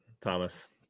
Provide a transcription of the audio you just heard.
Thomas